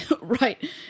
Right